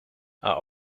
are